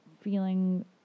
feeling